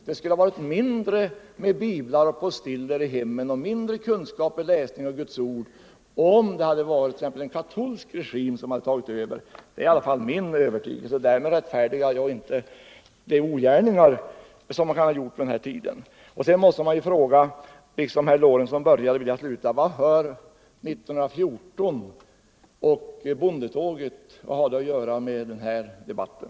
Det skulle ha blivit mindre av biblar och postillor i hemmen och mindre med kunskap i läsning om Guds ord, om det hade varit en katolsk regim som hade tagit över — det är i alla fall min övertygelse. Därmed rättfärdigar jag dock inte de ogärningar som har 113 förövats under denna tid. Sedan måste man ju fråga — jag vill sluta mitt anförande med det som herr Lorentzon började sitt med — vad år 1914 och bondetåget har att göra med den här debatten.